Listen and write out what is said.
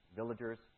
villagers